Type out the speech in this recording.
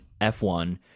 f1